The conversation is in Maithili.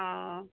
ओ